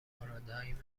پارادایم